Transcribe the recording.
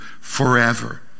forever